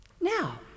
Now